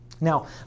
Now